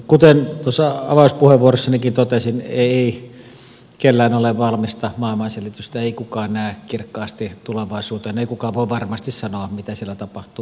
kuten tuossa avauspuheenvuorossanikin totesin ei kellään ole valmista maailmanselitystä ei kukaan näe kirkkaasti tulevaisuuteen ei kukaan voi varmasti sanoa mitä siellä tapahtuu